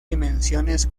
dimensiones